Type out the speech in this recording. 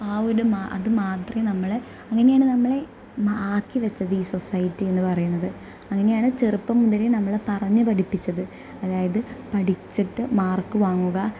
ആ ഒരു മാ അത് മാത്രമേ നമ്മളെ അങ്ങനെയാണ് നമ്മളെ ആക്കി വെച്ചത് ഈ സൊസൈറ്റി എന്ന് പറയുന്നത് അങ്ങനെയാണ് ചെറുപ്പം മുതലേ നമ്മളെ പറഞ്ഞ് പഠിപ്പിച്ചത് അതായത് പഠിച്ചിട്ട് മാർക്ക് വാങ്ങുക